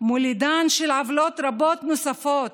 מולידן של עוולות רבות נוספות,